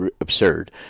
absurd